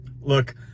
Look